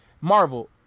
Marvel